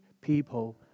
people